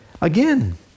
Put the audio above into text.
again